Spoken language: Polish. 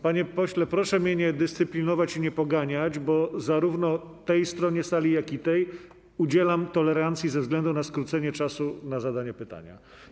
Panie pośle, proszę mnie nie dyscyplinować i nie poganiać, bo zarówno tej stronie sali, jak i tej udzielam tolerancji ze względu na skrócenie czasu na zadanie pytania.